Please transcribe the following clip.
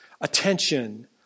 attention